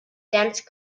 dense